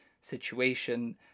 situation